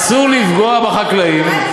אסור לפגוע בחקלאים,